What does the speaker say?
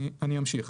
אמשיך.